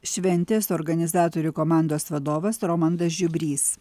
šventės organizatorių komandos vadovas romandas žiubrys